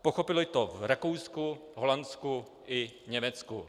Pochopili to v Rakousku, Holandsku i Německu.